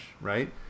right